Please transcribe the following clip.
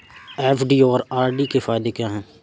FD और RD के क्या फायदे हैं?